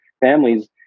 families